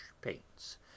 paints